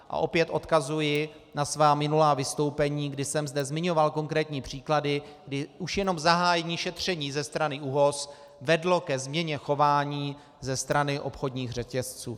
A opět odkazuji na svá minulá vystoupení, kdy jsem zde zmiňoval konkrétní příklady, kdy už jenom zahájení šetření ze strany ÚOHS vedlo ke změně chování ze strany obchodních řetězců.